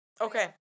Okay